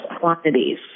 quantities